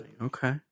Okay